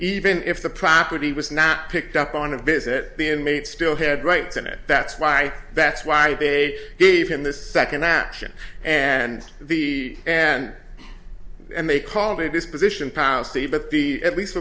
even if the property was not picked up on a visit the inmate still had rights in it that's why that's why they gave him this second action and the and and they called it this position policy but the at least